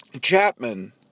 Chapman